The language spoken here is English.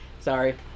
Sorry